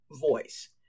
voice